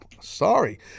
Sorry